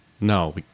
no